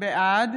בעד